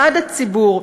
בעד הציבור,